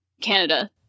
Canada